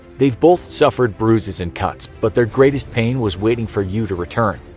they've both suffered bruises and cuts, but their greatest pain was waiting for you to return.